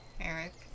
Eric